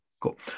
Cool